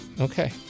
Okay